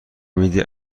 میدی